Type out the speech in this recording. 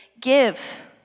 give